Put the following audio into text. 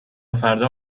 فردا